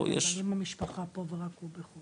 או יש -- אבל אם המשפחה לא פה והיא גרה בחו"ל?